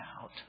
out